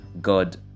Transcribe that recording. god